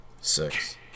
Six